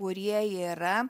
kurie yra